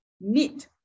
need